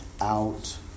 out